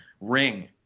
ring